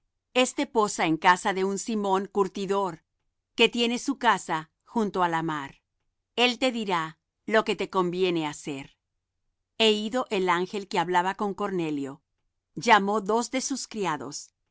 este posa en casa de un simón curtidor que tiene su casa junto á la mar él te dirá lo que te conviene hacer e ido el ángel que hablaba con cornelio llamó dos de sus criados